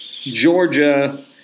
Georgia –